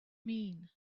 mean